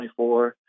24